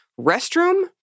restroom